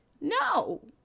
No